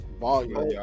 Volume